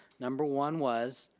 number one was,